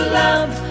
love